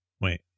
wait